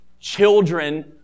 Children